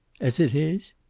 as it is?